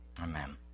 Amen